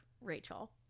Rachel